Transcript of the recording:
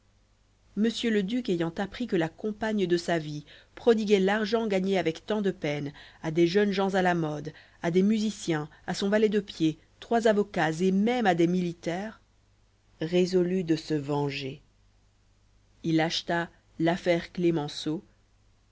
le duc ayant appris que la compagne de sa vie prodiguait l'argent gagné avec tant de peine à des jeunes gens à la mode à des musiciens à son valet de pied trois avocats et même à des militaires résolut à se venger il acheta l'affaire clémenceau